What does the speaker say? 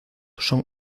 son